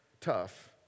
tough